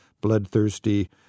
bloodthirsty